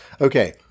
Okay